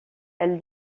elle